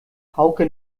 hauke